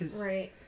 Right